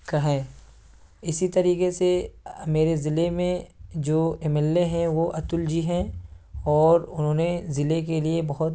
کا ہے اسی طریقے سے میرے ضلعے میں جو ایم ایل اے ہیں وہ اتل جی ہے اور انہوں نے ضلعے کے لیے بہت